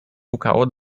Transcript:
pukało